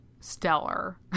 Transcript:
stellar